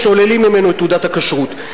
שוללים ממנו את תעודת הכשרות.